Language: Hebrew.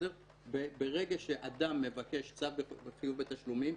ברגע שאדם מבקש צו חיוב בתשלומים,